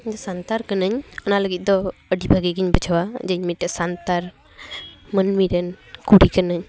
ᱤᱧ ᱥᱟᱱᱛᱟᱲ ᱠᱟᱹᱱᱟᱹᱧ ᱚᱱᱟ ᱞᱟᱹᱜᱤᱫ ᱫᱚ ᱟᱹᱰᱤ ᱵᱷᱟᱜᱮ ᱜᱮᱧ ᱵᱩᱡᱷᱟᱹᱣᱟ ᱡᱮ ᱤᱧ ᱢᱤᱫᱴᱮᱱ ᱥᱟᱱᱛᱟᱲ ᱢᱟᱹᱱᱢᱤ ᱨᱮᱱ ᱠᱩᱲᱤ ᱠᱟᱹᱱᱟᱹᱧ